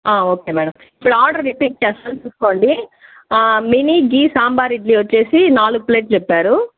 okay madam ఇప్పుడు order repeat చేస్తాను చూసుకోండి మిని ఘీ సాంబార్ ఇడ్లీ వచ్చేసి నాలుగు ప్లేట్లు చెప్పారు